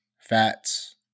fats